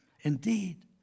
Indeed